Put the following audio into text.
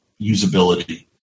usability